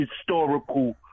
historical